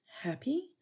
Happy